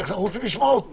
יש לך מייצגת מצוינת כאן.